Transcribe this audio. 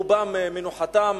רובם מנוחתם,